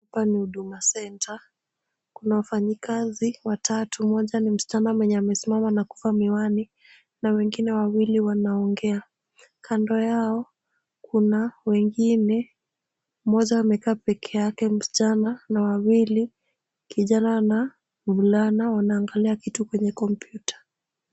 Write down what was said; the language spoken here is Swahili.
Hapa ni huduma center . Kuna wafanyikazi watatu, mmoja ni msichana mwenye amesimama na kuvaa miwani na wengine wawili wanaongea. Kando yao kuna wengine, mmoja amekaa pekee yake msichana na wawili kijana na mvulana wanaangalia kitu kwenye kompyuta.